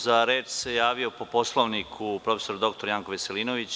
Za reč se javio po Poslovniku profesor doktor Janko Veselinović.